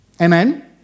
Amen